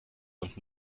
und